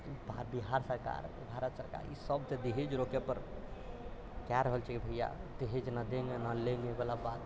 आब बिहार सरकार भारत सरकार इसभ तऽ दहेज रोकै पर कए रहल छै भय्या दहेज ना देंगे ना लेंगे बला बात